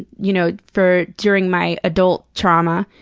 you know for during my adult trauma,